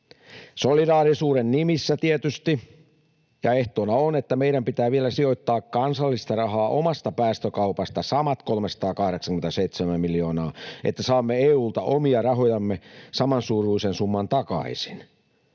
Solidaarisuuden nimissä tietysti ehtona on, että meidän pitää vielä sijoittaa kansallista rahaa omasta päästökaupasta samat 387 miljoonaa, jotta saamme EU:lta omia rahojamme samansuuruisen summan takaisin.